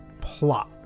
plot